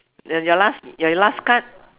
your your last your last card